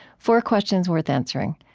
four questions worth answering.